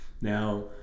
Now